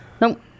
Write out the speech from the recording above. Nope